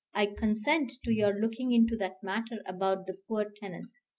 i consent to your looking into that matter about the poor tenants.